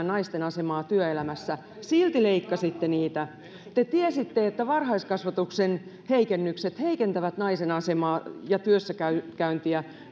naisten asemaa työelämässä silti leikkasitte niitä te tiesitte että varhaiskasvatuksen heikennykset heikentävät naisen asemaa ja työssäkäyntiä